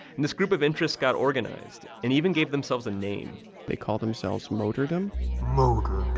and this group of interest got organized and even gave themselves a name they called themselves motordom motordom